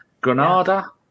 Granada